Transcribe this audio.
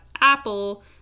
Apple